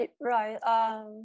Right